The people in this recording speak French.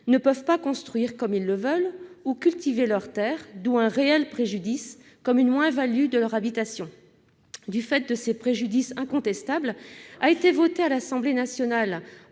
ne peuvent pas construire comme ils le veulent ou cultiver leurs terres, d'où un réel préjudice, comme une moins-value de leur habitation. Du fait de ces préjudices incontestables, l'Assemblée nationale